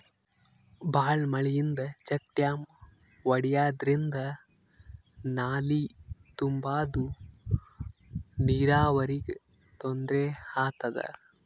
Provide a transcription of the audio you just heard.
ಭಾಳ್ ಮಳಿಯಿಂದ check dam ಒಡ್ಯಾದ್ರಿಂದ ನಾಲಿ ತುಂಬಾದು ನೀರಾವರಿಗ್ ತೊಂದ್ರೆ ಆತದ